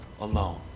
alone